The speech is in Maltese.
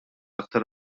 aktar